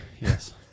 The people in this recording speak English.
Yes